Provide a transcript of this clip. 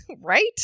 Right